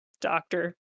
doctor